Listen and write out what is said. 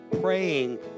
praying